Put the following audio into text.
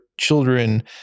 children